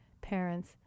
parents